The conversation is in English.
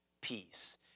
peace